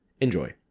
enjoy